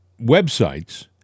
websites